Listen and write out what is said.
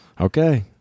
Okay